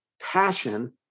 passion